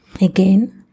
again